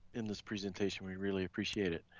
in this presentation, we really appreciate it.